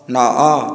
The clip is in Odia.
ନଅ